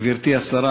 גברתי השרה,